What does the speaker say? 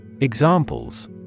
Examples